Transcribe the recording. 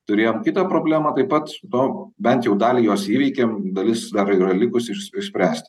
turėjom kitą problemą taip pat to bent jau dalį jos įveikėm dalis dar yra likusi iš išspręsti